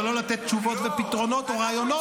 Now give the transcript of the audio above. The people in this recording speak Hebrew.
אבל לא לתת תשובות ופתרונות או רעיונות?